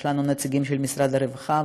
יש לנו נציגים של משרד הרווחה,